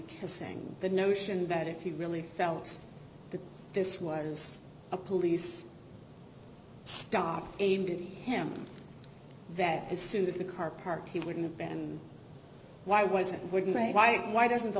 kissing the notion that if you really felt that this was a police stop aimed at him that as soon as the car parked he wouldn't ban him why was it wouldn't right why why doesn't the